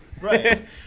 Right